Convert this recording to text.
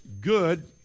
good